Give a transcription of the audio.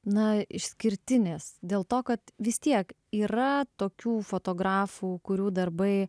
na išskirtinės dėl to kad vis tiek yra tokių fotografų kurių darbai